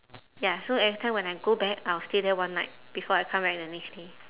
ya so every time when I go back I'll stay there one night before I come back the next day